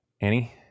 Annie